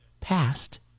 past